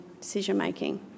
decision-making